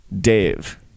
Dave